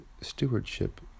stewardship